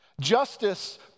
justice